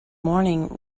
morning